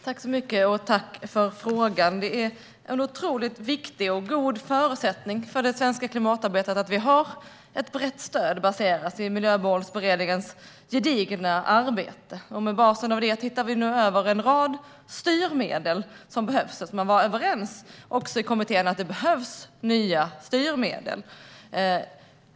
Fru talman! Tack för frågan, Johan Hultberg! Det är en otroligt viktig och god förutsättning för det svenska klimatarbetet att det finns ett brett stöd baserat i Miljömålsberedningens gedigna arbete. Med bas i detta tittar vi nu över en rad styrmedel som behövs. Man var också överens i kommittén om att det behövs nya styrmedel.